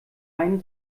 einen